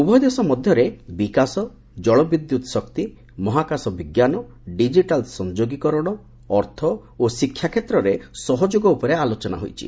ଉଭୟ ଦେଶ ମଧ୍ୟରେ ବିକାଶ ଜଳବିଦ୍ୟୁତ୍ ଶକ୍ତି ମହାକାଶ ବିଜ୍ଞାନ ଡିଜିଟାଲ ସଂଯୋଗୀକରଣ ଅର୍ଥ ଓ ଶିକ୍ଷା କ୍ଷେତ୍ରରେ ସହଯୋଗ ଉପରେ ଆଲୋଚନା ହୋଇଛି